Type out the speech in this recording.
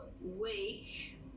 wake